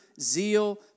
zeal